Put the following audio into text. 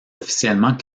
officiellement